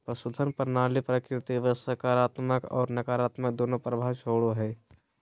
पशुधन प्रणाली प्रकृति पर सकारात्मक और नकारात्मक दोनों प्रभाव छोड़ो हइ